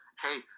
Hey